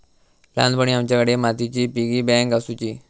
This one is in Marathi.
ल्हानपणी आमच्याकडे मातीची पिगी बँक आसुची